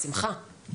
בשמחה.